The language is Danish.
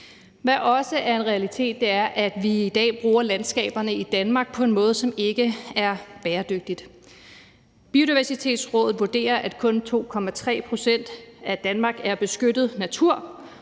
Hvad der også er en realitet, er, at vi i dag bruger landskaberne i Danmark på en måde, som ikke er bæredygtig. Biodiversitetsrådet vurderer, at kun 2,3 pct. af Danmark er beskyttet natur,